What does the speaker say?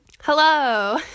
Hello